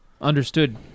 Understood